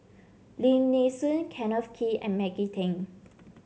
Lim Nee Soon Kenneth Kee and Maggie Teng